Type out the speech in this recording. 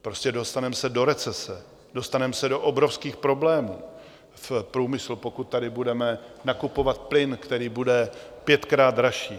Prostě dostaneme se do recese, dostaneme se do obrovských problémů v průmyslu, pokud tady budeme nakupovat plyn, který bude pětkrát dražší.